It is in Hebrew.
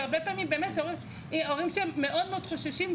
שהרבה פעמים באמת ההורים שהם מאוד מאוד חוששים,